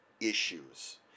issues